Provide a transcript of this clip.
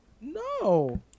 no